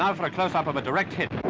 now for a closeup of a direct hit.